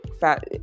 fat